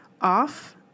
Off